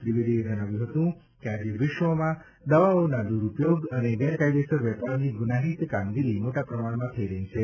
ત્રિવેદીએ જણાવ્યું હતું કે આજે વિશ્વમાં દવાઓના દુરૂપયોગ અને ગેરકાયદેસર વેપારની ગુનાહિત કામગીરી મોટા પ્રમાણમાં થઇ રહી છે